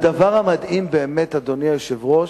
הדבר המדהים באמת, אדוני היושב-ראש,